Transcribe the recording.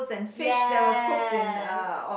yes